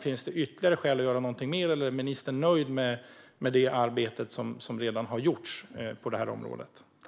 Finns det ytterligare skäl att göra något mer, eller är ministern nöjd med det arbete som redan har gjorts på området?